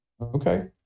Okay